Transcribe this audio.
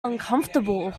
uncomfortable